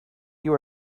you